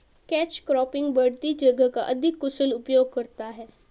catch cropping बढ़ती जगह का अधिक कुशल उपयोग करता है